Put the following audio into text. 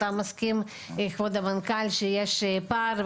אתה מסכים, כבוד המנכ"ל, שיש פער.